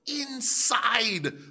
inside